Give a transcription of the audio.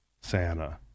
Santa